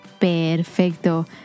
Perfecto